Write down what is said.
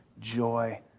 joy